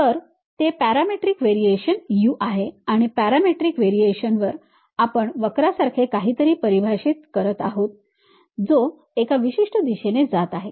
तर ते parametric variation u आहे आणि पॅरामेट्रिक व्हेरिएशनवर आपण वक्रासारखे काहीतरी परिभाषित करत आहोत जो एका विशिष्ट दिशेने जात आहे